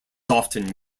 often